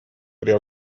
при